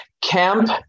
camp